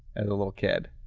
as a little kid